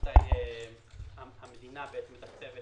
המדינה מתקצבת